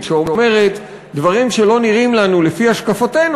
שאומרת: דברים שלא נראים לנו לפי השקפותינו,